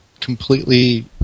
completely